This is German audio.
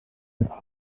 der